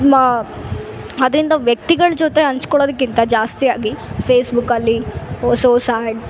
ಮ ಅದ್ರಿಂದ ವ್ಯಕ್ತಿಗಳ ಜೊತೆ ಹಂಚ್ಕೊಳ್ಳೋದ್ಕಿಂತ ಜಾಸ್ತಿ ಆಗಿ ಫೇಸ್ಬುಕಲ್ಲಿ ಹೊಸ ಹೊಸ ಆಡ್